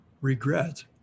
regret